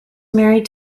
married